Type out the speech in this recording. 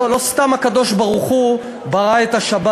לא סתם הקדוש-ברוך-הוא ברא את השבת.